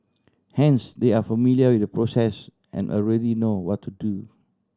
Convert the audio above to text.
hence they are familiar with the process and already know what to do